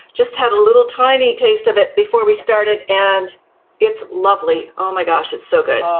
just had a little tiny taste of it before we started and it's lovely. oh my gosh, it's so good.